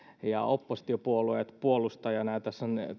ja oppositiopuolueet puolustajana ja tässä on